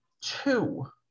two